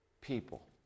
people